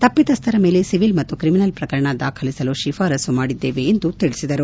ತಪ್ಪಿತಸ್ಥರ ಮೇಲೆ ಸಿವಿಲ್ ಮತ್ತು ಕ್ರಿಮಿನಲ್ ಪ್ರಕರಣ ದಾಖಲಿಸಲು ಶಿಫಾರಸ್ಲು ಮಾಡಿದ್ದೇವೆ ಎಂದು ತಿಳಿಸಿದರು